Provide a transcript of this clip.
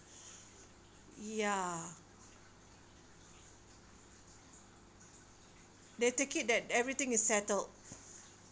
ya they take it that everything is settled